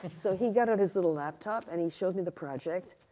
so he got out his little laptop and he showed me the project.